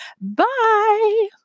Bye